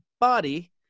body